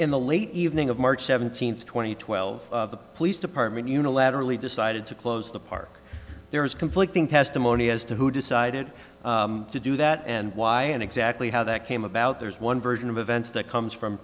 in the late evening of march seventeenth two thousand and twelve the police department unilaterally decided to close the park there is conflicting testimony as to who decided to do that and why and exactly how that came about there's one version of events that comes from